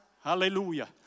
Hallelujah